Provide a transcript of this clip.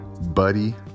buddy